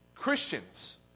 Christians